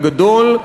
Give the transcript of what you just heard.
הגדול,